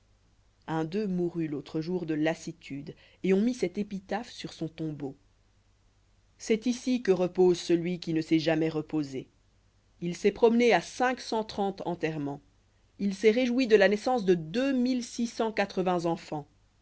un d'eux mourut l'autre jour de lassitude et on mit cette épitaphe sur son tombeau c'est ici que repose celui qui ne s'est jamais reposé il s'est promené à cinq cent trente enterrements il s'est réjoui de la naissance de